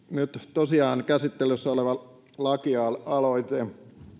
tosiaan nyt käsittelyssä oleva lakialoite